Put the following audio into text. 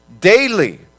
daily